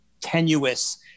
tenuous